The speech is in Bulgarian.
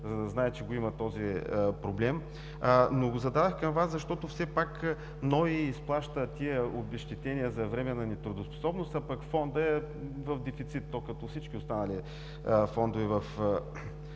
за да знае, че този проблем го има. Зададох го към Вас, защото все пак НОИ изплаща обезщетенията за временна нетрудоспособност, а пък Фондът е в дефицит, като всички останали фондове на